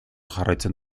jarraitzen